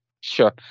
Sure